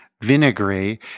vinegary